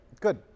Good